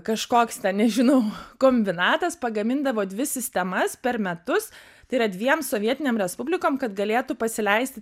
kažkoks nežinau kombinatas pagamindavo dvi sistemas per metus tai yra dviem sovietinėm respublikom kad galėtų pasileisti